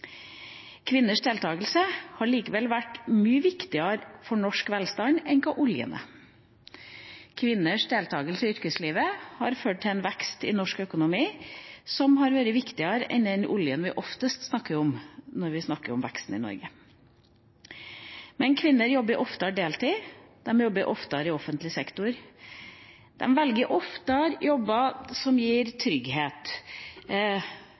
Kvinners deltakelse har likevel vært mye viktigere enn oljen for norsk velstand. Kvinners deltakelse i yrkeslivet har ført til en vekst i norsk økonomi som har vært viktigere enn oljen, som er det vi oftest snakker om når vi snakker om veksten i Norge. Men kvinner jobber oftere deltid, de jobber oftere i offentlig sektor, og de velger oftere jobber som gir